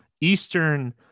Eastern